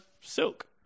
silk